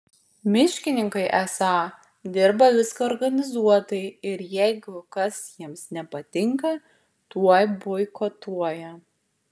miškininkai esą dirba viską organizuotai ir jeigu kas jiems nepatinka tuoj boikotuoja